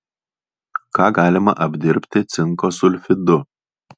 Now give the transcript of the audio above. ką galima apdirbti cinko sulfidu